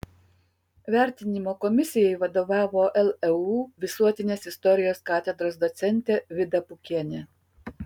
vertinimo komisijai vadovavo leu visuotinės istorijos katedros docentė vida pukienė